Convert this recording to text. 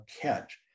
catch